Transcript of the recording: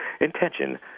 intention